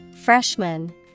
Freshman